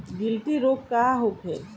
गिल्टी रोग का होखे?